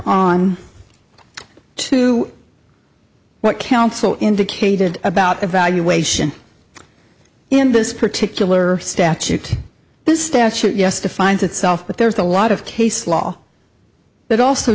on to what counsel indicated about the valuation in this particular statute this statute yes defines itself but there's a lot of case law that also